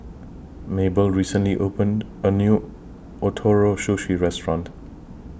Mable recently opened A New Ootoro Sushi Restaurant